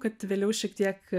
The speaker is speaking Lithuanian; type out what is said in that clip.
kad vėliau šiek tiek